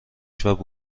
کنار